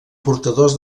portadors